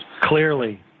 Clearly